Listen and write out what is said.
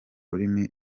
rurimi